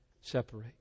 separate